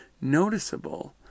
noticeable